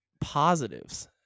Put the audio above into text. positives